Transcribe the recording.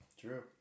True